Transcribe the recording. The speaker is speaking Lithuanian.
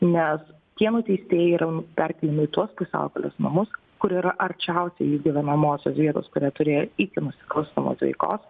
nes tie nuteistieji yra perkėliami į tuos pusiaukelės namus kur yra arčiausiai jų gyvenamosios vietos kurią turėjo iki nusikalstamos veikos